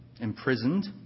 imprisoned